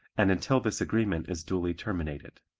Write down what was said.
and until this agreement is duly terminated.